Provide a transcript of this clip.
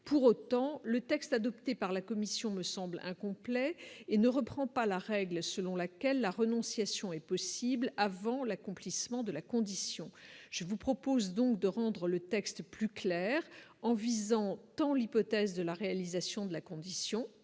pour autant, le texte adopté par la commission me semble incomplet et ne reprend pas la règle selon laquelle la renonciation est possible avant l'accomplissement de la condition, je vous propose donc de rendre le texte plus clair en visant tant l'hypothèse de la réalisation de la condition,